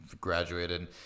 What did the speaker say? graduated